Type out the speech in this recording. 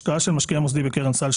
השקעה של משקיע מוסדי בקרן סל,